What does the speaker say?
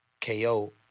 KO